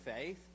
faith